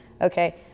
Okay